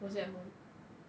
was at home